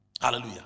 Hallelujah